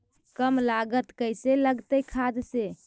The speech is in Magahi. कम लागत कैसे लगतय खाद से?